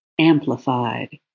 amplified